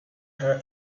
her